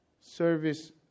service